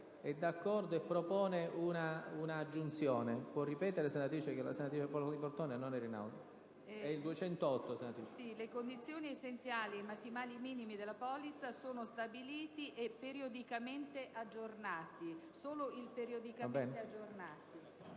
«Le condizioni essenziali e i massimali minimi della polizza sono stabiliti e aggiornati